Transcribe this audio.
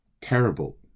terrible